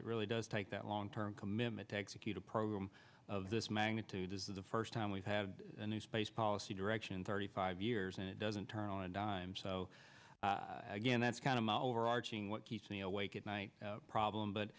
it really does take that long term commitment to execute a program of this magnitude is the first time we've had a new space policy direction in thirty five years and it doesn't turn on a dime so i again that's kind of my overarching what keeps me awake at night problem but